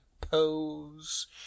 pose